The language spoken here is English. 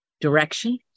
direction